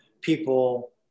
people